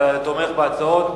אתה תומך בהצעות?